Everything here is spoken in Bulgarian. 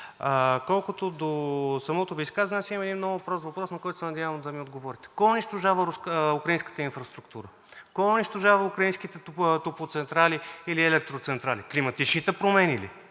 Колкото до самото Ви изказване, аз имам един много прост въпрос, на който се надявам да ми отговорите. Кой унищожава украинската инфраструктура? Кой унищожава украинските топлоцентрали или електроцентрали? Климатичните промени ли?